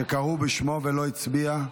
שקראו בשמו ולא הצביע?